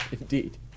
Indeed